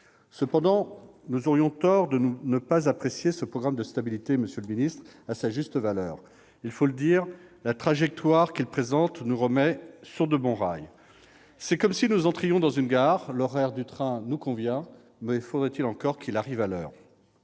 Cependant, nous aurions tort de ne pas apprécier ce programme de stabilité à sa juste valeur. Il faut le dire, la trajectoire qu'il présente nous remet sur de bons rails. C'est comme si nous entrions dans une gare : l'horaire du train nous convient ; encore faut-il qu'il arrive à l'heure